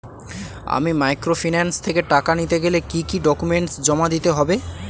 আমি মাইক্রোফিন্যান্স থেকে টাকা নিতে গেলে কি কি ডকুমেন্টস জমা দিতে হবে?